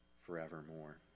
forevermore